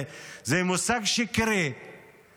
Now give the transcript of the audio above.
זה מושג שקרי,